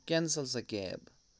cancel سۄ cab